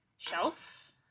shelf